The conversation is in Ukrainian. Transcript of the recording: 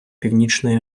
північної